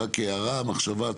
רק כהערה, מחשבה.